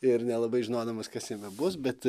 ir nelabai žinodamas kas jame bus bet